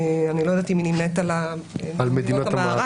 אני לא יודעת אם היא נמנית על מדינות המערב